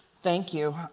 thank you.